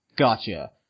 Gotcha